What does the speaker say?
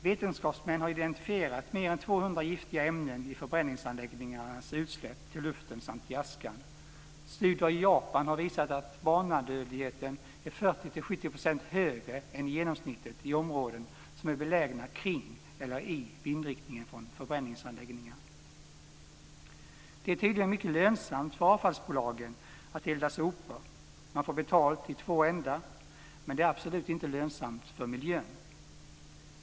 Vetenskapsmän har identifierat mer än 200 giftiga ämnen i förbränningsanläggningarnas utsläpp till luften samt i askan. Studier i Japan har visat att barnadödligheten är 40-70 % högre än genomsnittet i områden som är belägna kring eller i vindriktningen från förbränningsanläggningar. Det är tydligen mycket lönsamt för avfallsbolagen att elda sopor - man får betalt i två ändar - men det är absolut inte lönsamt för miljön.